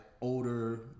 older